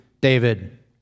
David